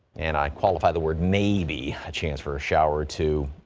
and i qualify the word may be a chance for a shower or two.